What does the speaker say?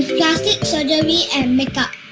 plastic surgery and make up,